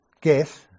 guess